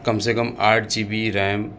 کم سے کم آٹھ جی بی ریم